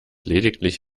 lediglich